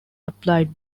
applied